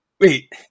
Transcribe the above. wait